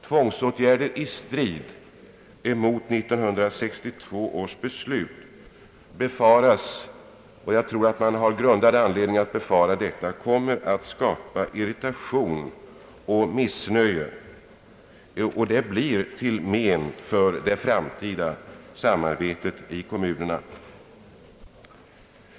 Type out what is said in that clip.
Tvångsåtgärder i strid med 1962 års beslut måste befaras skapa irritation och missnöje, och jag tror det finns väl grundad anledning till sådan fruktan. Detta blir till men för det framtida samarbetet i kommunerna.